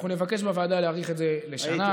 אנחנו נבקש בוועדה להאריך את זה לשנה,